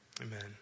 Amen